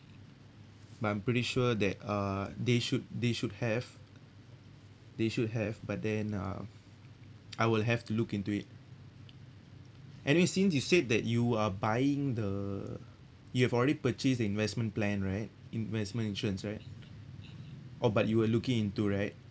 but I'm pretty sure that uh they should they should have they should have but then uh I will have to look into it anyway since you said that you are buying the you have already purchased investment plan right investment insurance right oh but you were looking into right